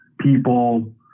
people